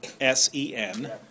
S-E-N